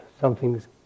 something's